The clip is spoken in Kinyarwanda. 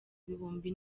ibihumbi